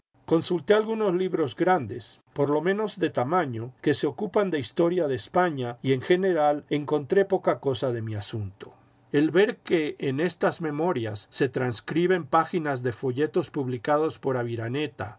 consulté algunos libros grandes por lo menos de tamaño que se ocupan de historia de españa y en general encontré poca cosa de mi asunto el ver que en estas memorias se transcriben páginas de folletos publicados por aviraneta